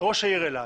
ראש העיר אלעד,